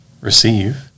receive